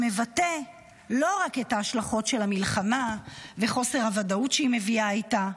שמבטא לא רק את ההשלכות של המלחמה וחוסר הוודאות שהיא מביאה איתה,